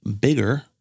bigger